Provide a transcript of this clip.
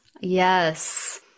Yes